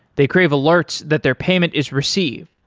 they crave alerts that their payment is received.